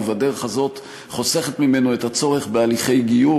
והדרך הזאת חוסכת ממנו את הצורך בהליכי גיור